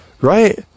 right